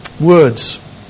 Words